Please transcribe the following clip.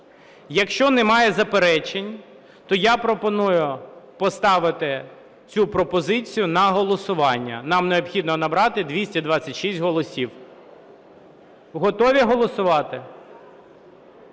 Якщо немає заперечень, то я пропоную поставити цю пропозицію на голосування. Нам необхідно набрати 226 голосів. Готові голосувати?